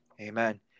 amen